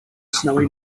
snowy